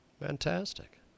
Fantastic